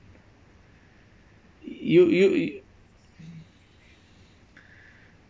you you